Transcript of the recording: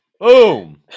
Boom